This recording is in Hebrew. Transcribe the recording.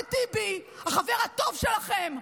אחמד טיבי, החבר הטוב שלכם,